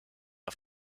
auf